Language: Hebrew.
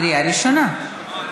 קריאה ראשונה.